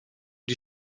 die